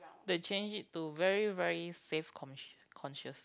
they change it to very very safe cons~ conscious